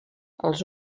els